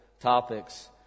topics